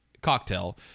cocktail